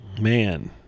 man